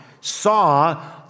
saw